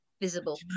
visible